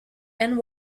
and